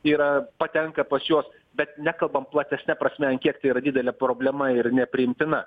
yra patenka pas juos bet nekalbam platesne prasme ant kiek tai yra didelė problema ir nepriimtina